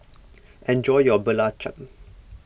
enjoy your Belacan